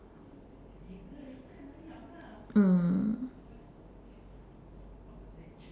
mm